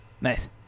Nice